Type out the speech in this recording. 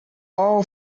all